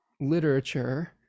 literature